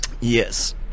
Yes